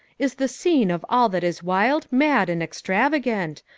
is the scene of all that is wild, mad, and extravagant.